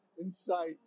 insight